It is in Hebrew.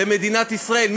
מדינת ישראל.